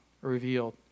revealed